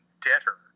debtor